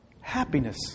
Happiness